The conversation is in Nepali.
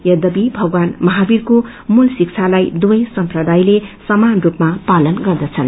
यद्यपि भगवान महावीरको मूल शिक्षालाई दुवै सम्प्रदायले समान रूपमा पालन गर्दछन्